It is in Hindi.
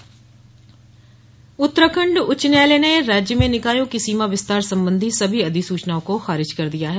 उच्च न्यायालय उत्तराखंड उच्च न्यायालय ने राज्य में निकायों की सीमा विस्तार संबंधी सभी अधिसुचनाओं को खारिज कर दिया है